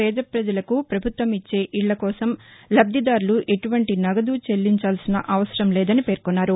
పేద ప్రజలకు పభుత్వం ఇచ్చే ఇళ్లు కోసం లబ్దిదారులు ఎటువంటి నగదు చెల్లించాల్సిన అవసరం లేదని పేర్కొన్నారు